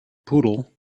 poodle